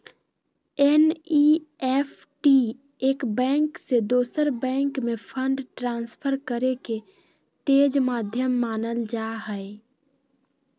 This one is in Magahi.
एन.ई.एफ.टी एक बैंक से दोसर बैंक में फंड ट्रांसफर करे के तेज माध्यम मानल जा हय